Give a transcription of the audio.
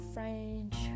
French